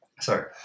Sorry